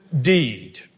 deed